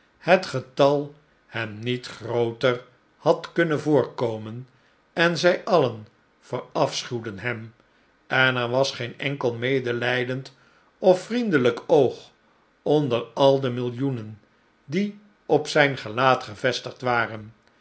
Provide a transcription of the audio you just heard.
het getal hem niet grooter had kunnen voorkomen en zij alien verafschuwden hem en er was geen enkel medelijdend of vriendelijk oog onder al de millioenen die op zijn gelaat gevestigd waren